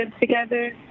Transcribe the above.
together